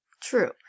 True